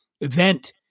event